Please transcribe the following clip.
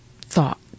thought